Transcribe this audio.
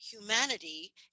humanity